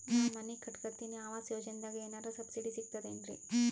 ನಾ ಮನಿ ಕಟಕತಿನಿ ಆವಾಸ್ ಯೋಜನದಾಗ ಏನರ ಸಬ್ಸಿಡಿ ಸಿಗ್ತದೇನ್ರಿ?